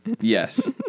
Yes